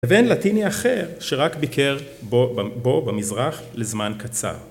ואין לטיני אחר שרק ביקר בו במזרח לזמן קצר.